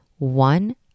one